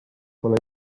pole